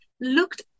looked